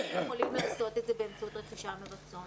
אז יכולים לעשות את זה באמצעות תשלומים מרצון.